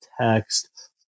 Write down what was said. text